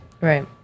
Right